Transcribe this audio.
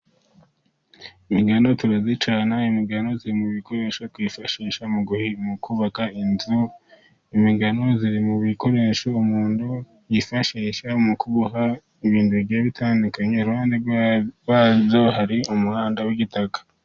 Imigano turazicana imigano yanoze mu bikoresho twifashisha mu kubaka inzu imigano iri mu bikoresho umuntu yifashisha mu kuboha ibintu bitandukanye iruhande rwazo, hari umuhanda w'igitaka.